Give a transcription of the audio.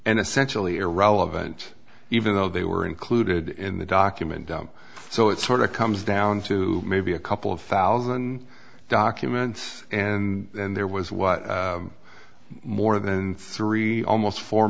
and essentially irrelevant even though they were included in the document dump so it sort of comes down to maybe a couple of thousand documents and there was what more than three almost four